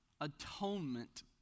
atonement